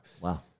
Wow